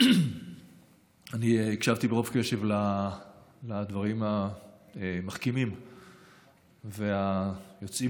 אני הקשבתי ברוב קשב לדברים המחכימים והיוצאים